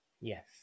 Yes